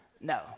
No